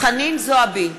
חנין זועבי,